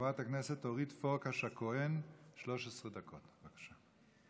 חברת הכנסת אורית פרקש-הכהן, 13 דקות, בבקשה.